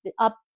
up